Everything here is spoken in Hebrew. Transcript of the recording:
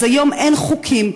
אז היום אין חוקים,